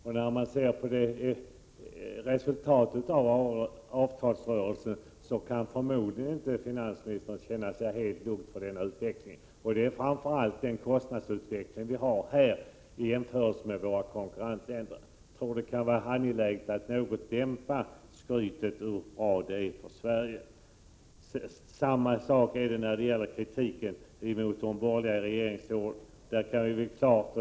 När finansministern nu ser på resultatet av avtalsrörelsen, kan han förmodligen inte känna sig helt lugn inför utvecklingen. Det är framför allt kostnadsutvecklingen i vårt land i jämförelse med förhållandena i våra konkurrentländer som är oroande. Jag tror att det kan vara på sin plats att något dämpa skrytet om hur bra det går för Sverige. Detsamma gäller kritiken mot de borgerliga regeringsåren.